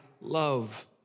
love